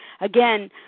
Again